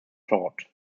thought